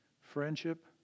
Friendship